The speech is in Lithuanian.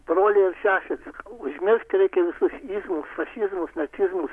broliai ir seserys užmiršti reikia visus izmus fašizmus nacizmus